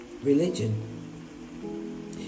Religion